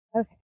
okay